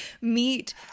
meet